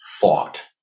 thought